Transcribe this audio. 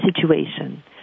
situation